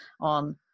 on